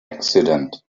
accident